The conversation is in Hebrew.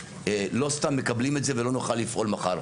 לא סתם מקבלים את זה ולא נוכל לפעול מחר.